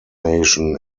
nation